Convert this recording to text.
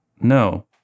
No